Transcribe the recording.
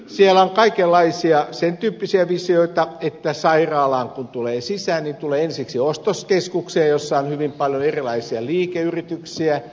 siellä on kaikenlaisia sen tyyppisiä visioita että kun sairaalaan tulee sisään niin tulee ensiksi ostoskeskukseen jossa on hyvin paljon erilaisia liikeyrityksiä